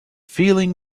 feeling